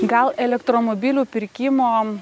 gal elektromobilių pirkimo